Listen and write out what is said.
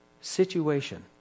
situation